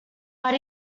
but